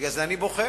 בגלל זה אני בוכה.